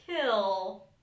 kill